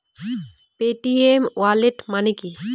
Paytm wallet মানে কি?